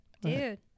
Dude